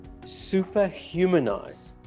superhumanize